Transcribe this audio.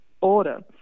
order